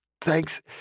Thanks